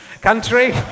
country